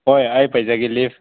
ꯍꯣꯏ ꯑꯩ ꯄꯥꯏꯖꯒꯦ ꯂꯤꯕ